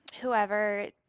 whoever